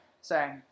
Sorry